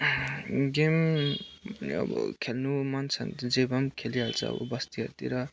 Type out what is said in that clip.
game अब खेल्नु मन छ भने जे भए पनि खेलिहाल्छ अब बस्तीहरूतिर